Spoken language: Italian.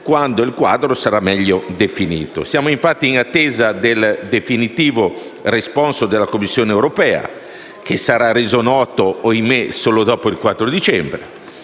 quando il quadro sarà meglio definito. Siamo infatti in attesa del definitivo responso della Commissione europea, che sarà reso noto - ahimè - solo dopo il 4 dicembre.